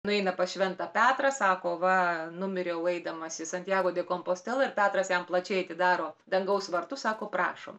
nueina pas šventą petrą sako va numiriau eidamas į santjago de kompostelą petras jam plačiai atidaro dangaus vartus sako prašom